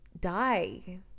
die